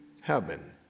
heaven